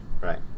Right